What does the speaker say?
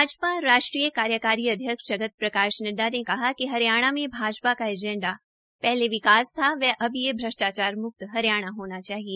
भाजपा राष्ट्रीय कार्यकारी अध्यक्ष जगत प्रकाश नड्डा ने कहा कि हरियाणा में भाजपा का एंजेडा पहले विकास था व अब यह भ्रष्टाचार म्क्त हरियाणा होना चाहिए